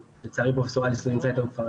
ולצערי פרופ' אליס לא נמצא איתנו כבר